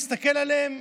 להסתכל עליהם,